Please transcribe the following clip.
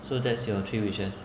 so that's your three wishes